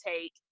take